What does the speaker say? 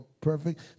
perfect